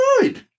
Good